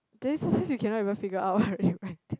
then sometimes you cannot even figure out what you writing